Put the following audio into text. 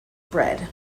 bread